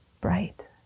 bright